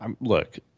look